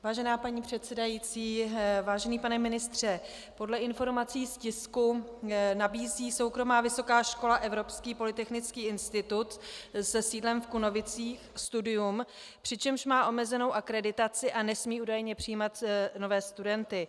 Vážená paní předsedající, vážený pane ministře, podle informací z tisku nabízí soukromá vysoká škola Evropský polytechnický institut se sídlem v Kunovicích studium, přičemž má omezenou akreditaci a nesmí údajně přijímat nové studenty.